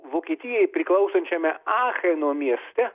vokietijai priklausančiame acheno mieste